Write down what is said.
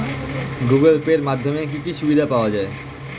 Google pay এর মাধ্যমে কি কি সুবিধা পাওয়া যায়?